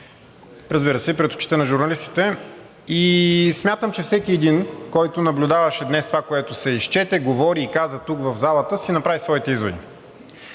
разбира се, и пред очите на журналистите и смятам, че всеки един, който наблюдаваше днес това, което се изчете, говори и каза тук в залата, си направи своите изводи.